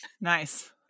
Nice